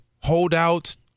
holdouts